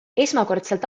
esmakordselt